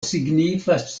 signifas